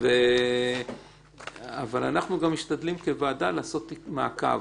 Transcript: אנחנו גם משתדלים, כוועדה, לעשות מעקב.